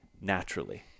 naturally